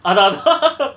அதா அதா:atha atha